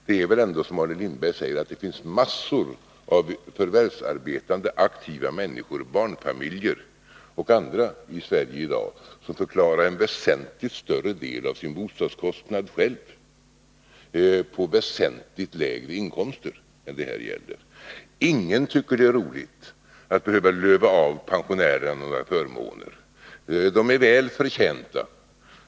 Det är väl ändå så, som Arne Lindberg säger, att det finns massor av förvärvsarbetande aktiva människor, barnfamiljer och andra, i Sverige i dag som får klara en väsentligt större del av sina bostadskostnader själva med väsentligt lägre inkomster än det här gäller. Ingen tycker att det är roligt att behöva ”löva av” pensionärerna några förmåner, för de är väl förtjänta av dem.